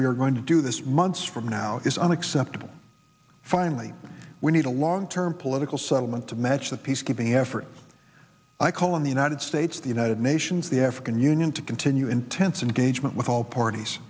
are going to do this months from now is unacceptable finally we need a long term political settlement to match the peacekeeping effort i call in the united states the united nations the african union to continue intense and gauge met with all parties